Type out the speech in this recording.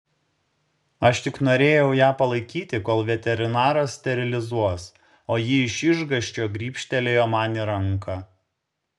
aš tik norėjau ją palaikyti kol veterinaras sterilizuos o ji iš išgąsčio gribštelėjo man į ranką